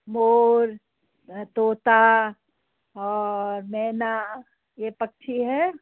मोर तोता और मैना ये पक्षी हैं